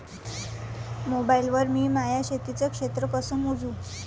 Mobile वर मी माया शेतीचं क्षेत्र कस मोजू?